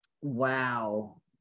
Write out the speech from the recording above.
Wow